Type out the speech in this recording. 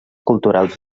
culturals